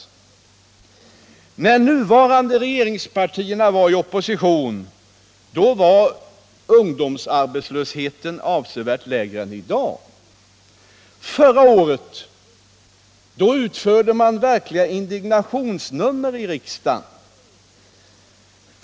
Då de nuvarande regeringspartierna var i opposition, var ungdomsarbetslösheten avsevärt lägre än i dag. Förra året utförde man verkliga indignationsnummer i riksdagen.